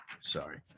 sorry